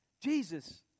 Jesus